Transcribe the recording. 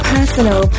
Personal